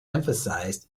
emphasized